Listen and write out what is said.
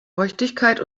feuchtigkeit